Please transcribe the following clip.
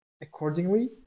accordingly